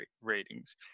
ratings